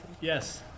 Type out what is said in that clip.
Yes